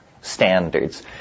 standards